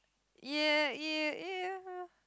!yay! !yay! !yay!